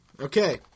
Okay